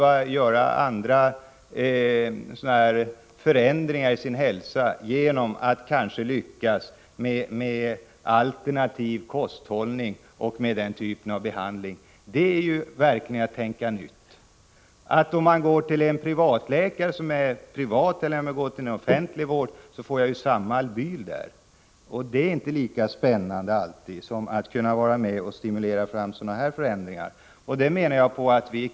Andra kan få uppleva förändringar i sitt hälsotillstånd med alternativ kosthållning och alternativ behandling. Det är verkligen att tänka nytt och bidra till ökad valfrihet. Oavsett om man går till en privatläkare eller en läkare inom offentlig vård får man ju samma albyl.